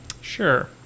Sure